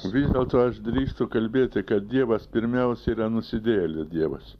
vis dėlto aš drįstu kalbėti kad dievas pirmiausia yra nusidėjėlių dievas